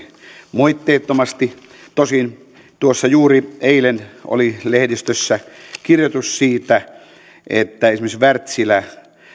moitteettomasti tosin tuossa juuri eilen oli lehdistössä kirjoitus siitä että esimerkiksi wärtsilä